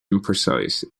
imprecise